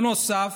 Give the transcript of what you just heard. בנוסף,